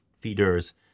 feeders